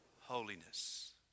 Holiness